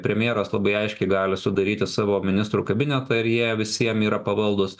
premjeras labai aiškiai gali sudaryti savo ministrų kabinetą ir jie visiem yra pavaldūs